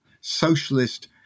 socialist